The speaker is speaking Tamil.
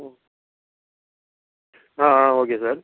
ம் ஆ ஆ ஓகே சார்